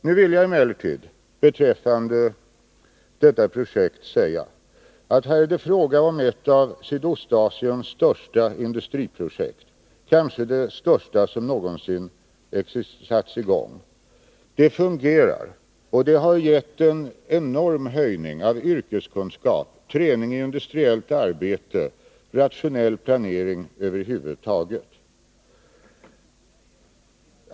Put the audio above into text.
Nu vill jag emellertid beträffande detta projekt säga att det är fråga om ett av Sydostasiens största industriprojekt, kanske det största som någonsin satts i gång. Det fungerar, och det har gett en enorm höjning av yrkeskunskap och träning i industriellt arbete och rationell planering över huvud taget.